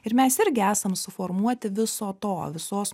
ir mes irgi esam suformuoti viso to visos